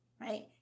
right